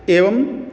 एवं